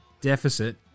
deficit